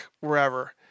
wherever –